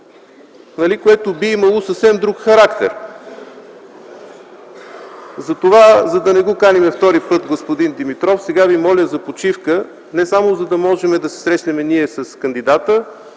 което би имало съвсем друг характер. Затова, за да не каним втори път господин Димитров, сега ви моля за почивка, не само за да можем да се срещнем ние с кандидата,